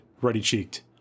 ruddy-cheeked